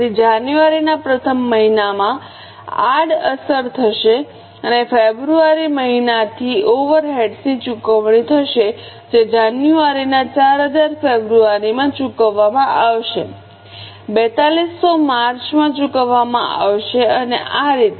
તેથી જાન્યુઆરીના પ્રથમ મહિનામાં આડઅસર થશે અને ફેબ્રુઆરી મહિના થી ઓવરહેડ્સની ચૂકવણી થશે જે જાન્યુઆરી ના 4000 ફેબ્રુઆરીમાં ચૂકવવામાં આવશે 4200 માર્ચમાં ચૂકવવામાં આવશે અને આ રીતે